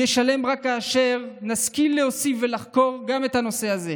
יהיה שלם רק כאשר נשכיל להוסיף ולחקור גם את הנושא הזה,